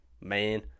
Man